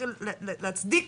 מתחיל להצדיק